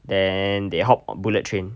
then they hop on bullet train